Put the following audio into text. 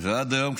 ועד היום,